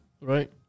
Right